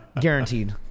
guaranteed